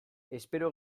espero